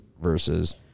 versus